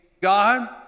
God